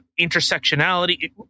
intersectionality